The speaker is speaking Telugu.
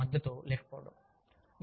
నిర్వాహకుల మద్దతు లేకపోవడం